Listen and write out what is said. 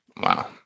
Wow